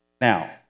Now